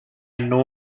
know